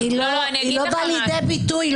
היא לא באה לידי ביטוי,